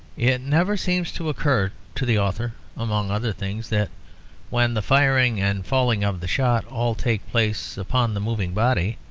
it never seems to occur to the author, among other things, that when the firing and falling of the shot all take place upon the moving body,